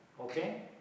Okay